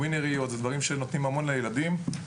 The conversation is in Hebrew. וינריות ודברים שנותנים המון לילדים.